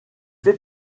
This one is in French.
fait